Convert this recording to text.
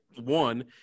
One